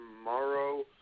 tomorrow